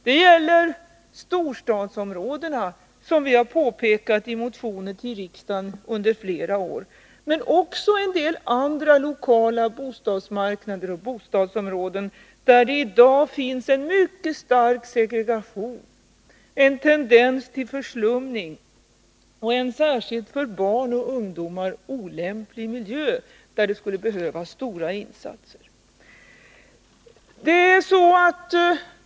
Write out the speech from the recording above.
Det gäller, som vi har påpekat i motioner till riksdagen under flera år, storstadsområdena men också en del andra lokala bostadsmarknader och bostadsområden, där det i dag finns en mycket stark segregation, en tendens till förslumning och en särskilt för barn och ungdomar olämplig miljö, där det skulle behövas stora insatser.